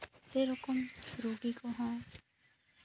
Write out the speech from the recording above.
ᱥᱮᱨᱚᱠᱚᱢ ᱨᱩᱜᱤ ᱠᱚᱦᱚᱸ